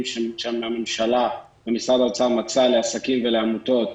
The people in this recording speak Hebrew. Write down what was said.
שהממשלה ומשרד האוצר מצא לעסקים ולעמותות,